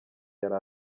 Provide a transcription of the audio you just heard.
yari